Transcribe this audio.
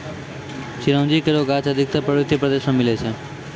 चिरौंजी केरो गाछ अधिकतर पर्वतीय प्रदेश म मिलै छै